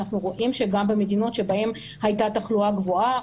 אנחנו רואים שגם במדינות שבהן הייתה תחלואה גבוהה,